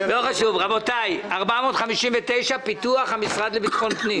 רבותי, 459, פיתוח המשרד לביטחון פנים.